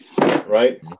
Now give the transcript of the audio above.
right